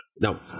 Now